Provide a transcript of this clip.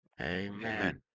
amen